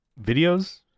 videos